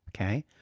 Okay